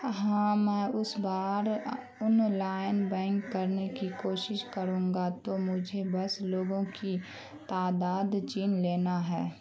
ہاں میں اس بار آن لائن بینک کرنے کی کوشش کروں گا تو مجھے بس لوگوں کی تعداد چن لینا ہے